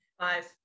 Five